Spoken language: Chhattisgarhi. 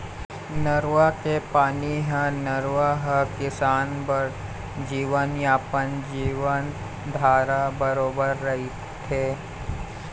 नरूवा के पानी ह नरूवा ह किसान बर जीवनयापन, जीवनधारा बरोबर रहिथे